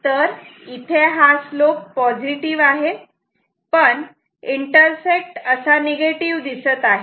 तर इथे हा स्लोप पॉझिटिव आहे पण इंटरसेक्ट असा निगेटिव्ह दिसत आहे